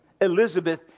Elizabeth